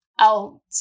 out